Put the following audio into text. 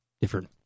different